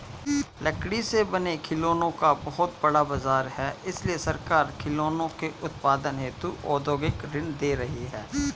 लकड़ी से बने खिलौनों का बहुत बड़ा बाजार है इसलिए सरकार खिलौनों के उत्पादन हेतु औद्योगिक ऋण दे रही है